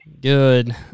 good